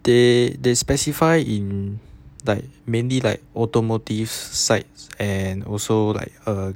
they they specify in like mainly like auto motives sides and also like uh